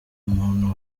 muntu